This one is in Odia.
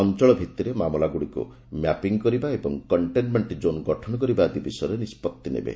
ଅଞ୍ଚଳ ଭିଭିରେ ମାମଲାଗୁଡ଼ିକୁ ମ୍ୟାପିଂ କରିବା ଓ କଣ୍ଟେନ୍ମେଣ୍ଟ ଜୋନ୍ ଗଠନ କରିବା ଆଦି ବିଷୟରେ ନିଷ୍ପଭି ନେବେ